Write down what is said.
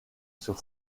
sur